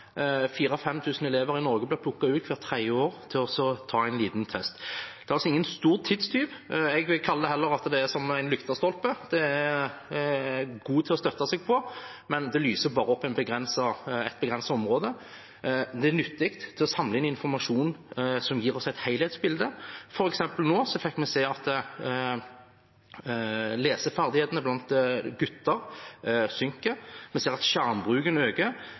elever i Norge blir plukket ut hvert tredje år til å ta en liten test. Det er altså ingen stor tidstyv. Jeg sier det heller er som en lyktestolpe: Den er god å støtte seg på, men den lyser bare opp et begrenset område. Den er nyttig til å samle inn informasjon som gir oss et helhetsbilde. Nå fikk vi f.eks. se at leseferdigheten blant gutter synker, at skjermbruken øker, og at